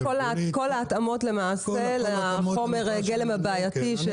כל ההתאמות למעשה לחומר הגלם הבעייתי.